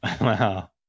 Wow